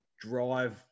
drive